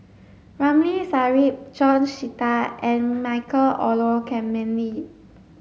Ramli Sarip George Sita and Michael Olcomendy